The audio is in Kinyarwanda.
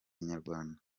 inyarwanda